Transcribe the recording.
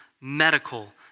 medical